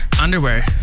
Underwear